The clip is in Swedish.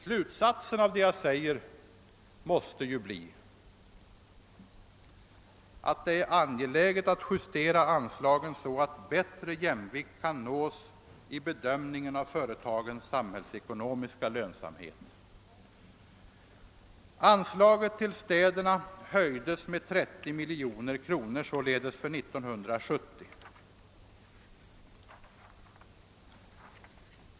Slutsatsen av vad jag nu säger måste bli att det är angeläget att justera anslagen så att bättre jämvikt kan nås vid bedömningen av företagens samhällsekonomiska lönsamhet. Detta är bevekelsegrunderna för att anslaget till städerna höjdes med 30 miljoner för år 1970.